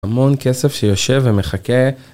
המון כסף שיושב ומחכה.